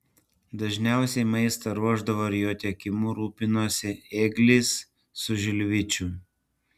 dažniausiai maistą ruošdavo ir jo tiekimu rūpinosi ėglis su žilvičiu